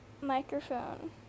microphone